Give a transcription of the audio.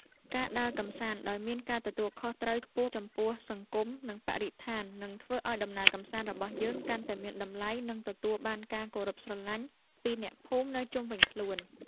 ការដើរកម្សាន្តដោយមានការទទួលខុសត្រូវខ្ពស់ចំពោះសង្គម និង បរិស្ថាននឹងធ្វើឱ្យដំណើរកម្សាន្តរបស់យើងកាន់តែមានតម្លៃ និង ទទួលបានការគោរពស្រឡាញ់ពីអ្នកភូមិនៅជុំវិញខ្លួន។